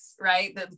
right